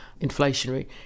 inflationary